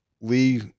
lee